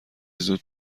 زود